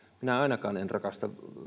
minä ainakaan en rakasta